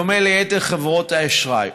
בדומה ליתר חברות האשראי,